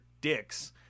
dicks